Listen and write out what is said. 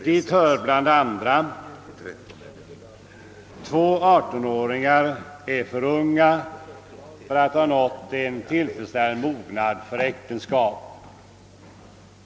Dit hör till att börja med att två 18-åringar är för unga för att ha nått en tillfredsställande mognad för äktenskap.